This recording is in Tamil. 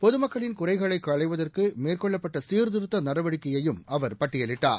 பொதுமக்களின் குறைகளை களைவதற்கு மேற்கொள்ளப்பட்ட சீர்திருத்த நடவடிக்கைகயையும் அவர் பட்டியலிட்டார்